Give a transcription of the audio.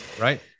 right